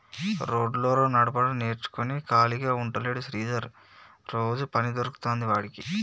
road roller నడపడం నేర్చుకుని ఖాళీగా ఉంటలేడు శ్రీధర్ రోజు పని దొరుకుతాంది వాడికి